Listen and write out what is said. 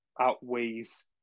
outweighs